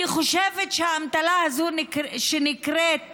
אני חושבת שהאמתלה הזאת שנקראת